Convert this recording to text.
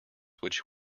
which